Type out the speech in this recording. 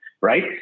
right